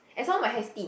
and hor my hair is thin